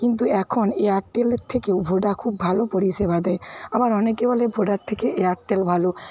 কিন্তু এখন এয়ারটেলের থেকেও ভোডা খুব ভালো পরিষেবা দেয় আবার অনেকে বলে ভোডার থেকে এয়ারটেল ভালো